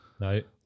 Right